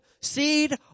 seed